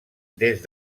des